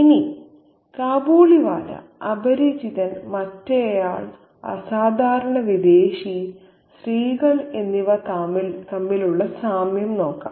ഇനി കാബൂളിവാല അപരിചിതൻ മറ്റേയാൾ അസാധാരണ വിദേശി സ്ത്രീകൾ എന്നിവ തമ്മിലുള്ള സാമ്യം നോക്കാം